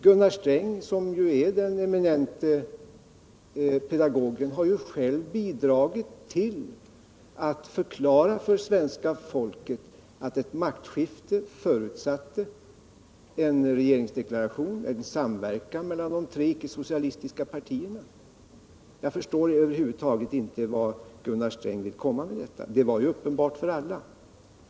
Gunnar Sträng, som ju är den eminente pedagogen, har själv bidragit till att förklara för svenska folket att maktskiftet förutsatte en regeringsdeklaration, en samverkan mellan de tre icke socialistiska partierna. Jag förstår över huvud taget inte vart Gunnar Sträng vill komma; detta var ju uppenbart för alla.